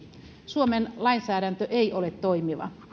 suomen lainsäädäntö ei ole toimiva